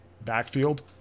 backfield